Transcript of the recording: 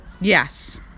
Yes